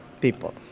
people